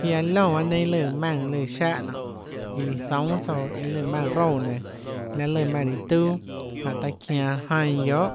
Ziaã liónã bahâ neinâ lùã maùn siáhã nonê iã løã zoúnâ tsouã iã lùã maùnã roúã nenã laê lùã maùnã riã tuâ jánhå taã çianå jainã guiohà